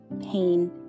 pain